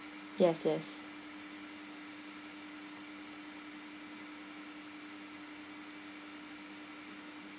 yes yes